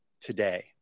today